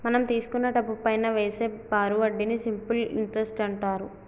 మనం తీసుకున్న డబ్బుపైనా వేసే బారు వడ్డీని సింపుల్ ఇంటరెస్ట్ అంటారు